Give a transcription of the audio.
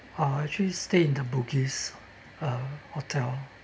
uh actually stay in the Bugis uh hotel